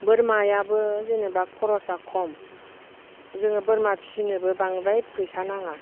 बोरमायाबो जेनेबा खर'सा खम जोङो बोरमा फिसिनोबो बांद्राय फैसा नाङा